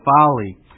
folly